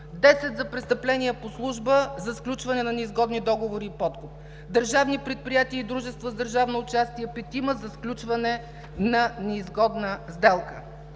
10 за престъпления по служба, за сключване на неизгодни договори и подкуп. Държавни предприятия и дружества с държавно участие – петима за сключване на неизгодна сделка.